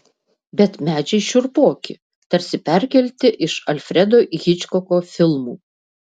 bet medžiai šiurpoki tarsi perkelti iš alfredo hičkoko filmų